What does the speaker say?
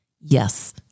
Yes